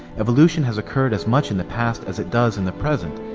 evolution has occurred as much in the past as it does in the present,